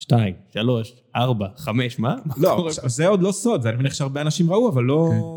שתיים, שלוש, ארבע, חמש, מה? לא, עכשיו, זה עוד לא סוד. אני מאמין שהרבה אנשים ראו, אבל לא...